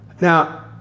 Now